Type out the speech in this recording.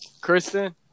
Kristen